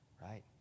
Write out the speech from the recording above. Right